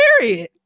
period